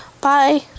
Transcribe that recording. Bye